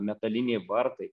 metaliniai vartai